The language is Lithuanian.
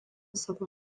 savo